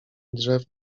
drzew